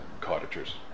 cottagers